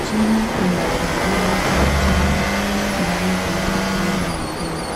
Chini kuna kifuzi cha uchafu. Mbali kuna majengo mengine.